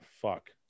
Fuck